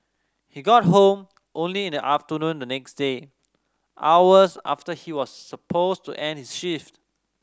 he got home only in the afternoon the next day hours after he was supposed to end his shift